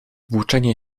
włóczenie